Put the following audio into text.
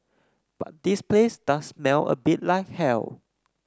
but this place does smell a bit like hell